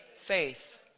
faith